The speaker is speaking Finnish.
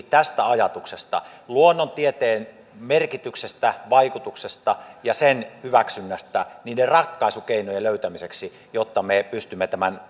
tästä ajatuksesta luonnontieteen merkityksestä vaikutuksesta ja sen hyväksynnästä niiden ratkaisukeinojen löytämiseksi jotta me pystymme tämän